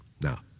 Now